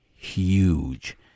huge